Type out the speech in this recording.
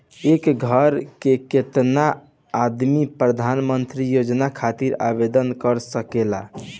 एक घर के केतना आदमी प्रधानमंत्री योजना खातिर आवेदन कर सकेला?